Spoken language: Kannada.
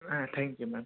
ಹಾಂ ಥ್ಯಾಂಕ್ ಯು ಮ್ಯಾಮ್